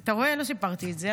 אתה רואה, אני לא סיפרתי את זה.